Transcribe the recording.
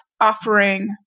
offering